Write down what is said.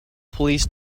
police